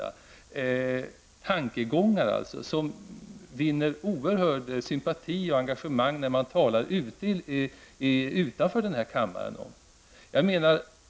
Jag vill dock framhålla att de tankegångar som jag framfört möter oerhört stor sympati och stort engagemang utanför denna kammare.